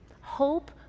hope